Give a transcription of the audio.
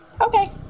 Okay